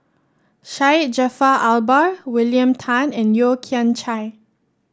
Syed Jaafar Albar William Tan and Yeo Kian Chai